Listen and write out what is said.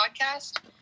podcast